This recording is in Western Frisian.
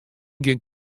gjin